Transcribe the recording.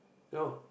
you know